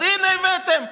אז הינה הבאתם.